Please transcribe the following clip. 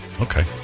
Okay